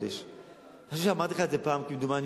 אני חושב שאמרתי לך את זה פעם כמדומני,